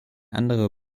andere